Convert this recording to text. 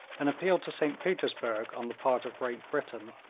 an appeal to st petersburg, on the part of great britain,